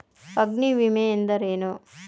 ಅಗ್ನಿವಿಮೆ ಎಂದರೇನು?